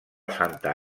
santa